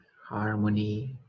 harmony